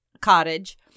cottage